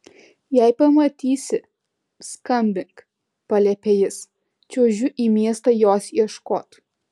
jei pamatysi skambink paliepė jis čiuožiu į miestą jos ieškot